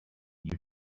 you